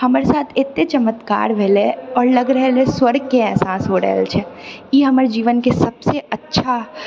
हमर साथ एते चमत्कार भेलै आओर लगि रहलै स्वर्गके एहसास हो रहल छै ई हमर जीवनके सबसँ अच्छा